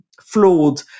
flawed